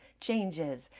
changes